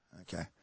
Okay